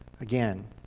again